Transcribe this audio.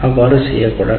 அவ்வாறு செய்யக்கூடாது